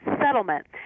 settlement